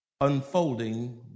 Unfolding